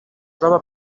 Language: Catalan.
troba